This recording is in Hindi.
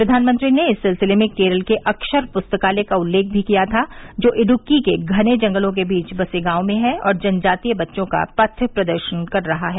प्रधानमंत्री ने इस सिलसिले में केरल के अक्षर पुस्तकालय का उल्लेख र्मी किया था जो इडुक्की के घने जंगलों के बीच बसे गांव में है और जनजातीय बच्चों का पथ प्रदर्शन कर रहा है